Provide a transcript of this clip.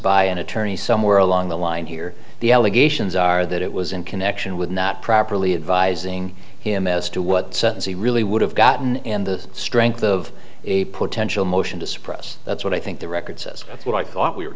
by an attorney somewhere along the line here the allegations are that it was in connection with not properly advising him as to what he really would have gotten and the strength of a potential motion to suppress that's what i think the record says that's what i thought we were